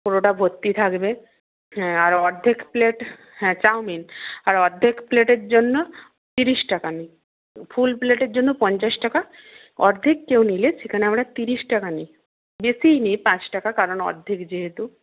পুরোটা ভর্তি থাকবে হ্যাঁ আর অর্ধেক প্লেট হ্যাঁ চাউমিন আর অর্ধেক প্লেটের জন্য তিরিশ টাকা নিই ফুল প্লেটের জন্য পঞ্চাশ টাকা অর্ধেক কেউ নিলে সেখানে আমরা তিরিশ টাকা নিই বেশিই নিই পাঁচ টাকা কারণ অর্ধেক যেহেতু